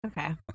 Okay